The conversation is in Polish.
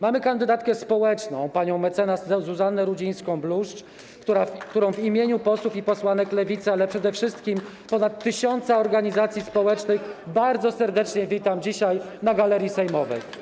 Mamy kandydatkę społeczną panią mecenas Zuzannę Rudzińską-Bluszcz, którą w imieniu posłów i posłanek Lewicy, ale przede wszystkim ponad tysiąca organizacji społecznych bardzo serdecznie witam dzisiaj na galerii sejmowej.